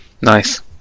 Nice